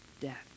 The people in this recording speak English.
Death